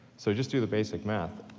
so, just do the basic math.